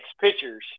pitchers